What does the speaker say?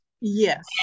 yes